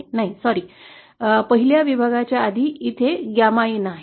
नाही सॉरी पहिल्या विभागाच्या आधी इथेच गॅमा इन आहे